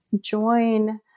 join